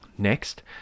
Next